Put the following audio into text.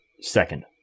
Second